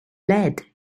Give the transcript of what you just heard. lead